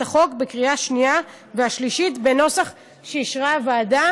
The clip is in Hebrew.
החוק בקריאה השנייה והשלישית בנוסח שאישרה הוועדה.